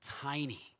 tiny